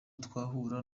twahura